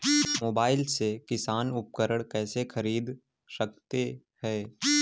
Mobile से किसान उपकरण कैसे ख़रीद सकते है?